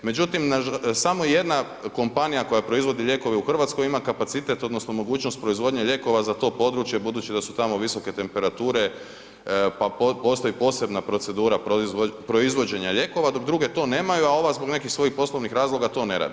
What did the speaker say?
Međutim, samo jedna kompanija koja proizvodi lijekove u Hrvatskoj ima kapacitet odnosno mogućnost proizvodnje lijekova za to područje budući da su tamo visoke temperature pa postoji posebna procedura proizvođenja lijekova dok druge to nemaju a ova zbog nekih svojih poslovnih razloga to ne radi.